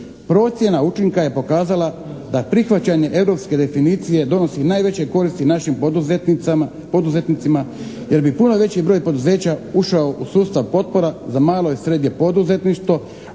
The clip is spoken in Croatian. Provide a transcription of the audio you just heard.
Procjena učinka je pokazala da prihvaćanje europske definicije donosi najveće koristi našim poduzetnicima jer bi puno veći broj poduzeća ušao u sustav potpora za malo i srednje poduzetništvo